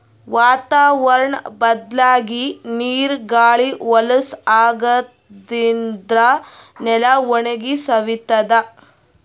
ವಾತಾವರ್ಣ್ ಬದ್ಲಾಗಿ ನೀರ್ ಗಾಳಿ ಹೊಲಸ್ ಆಗಾದ್ರಿನ್ದ ನೆಲ ಒಣಗಿ ಸವಿತದ್